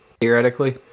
theoretically